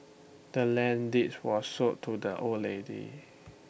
the land deed was sold to the old lady